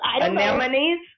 Anemones